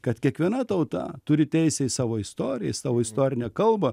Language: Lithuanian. kad kiekviena tauta turi teisę į savo istoriją savo istorinę kalbą